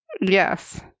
Yes